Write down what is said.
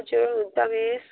हजुर हुन्छ मिस